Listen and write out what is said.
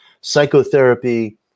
psychotherapy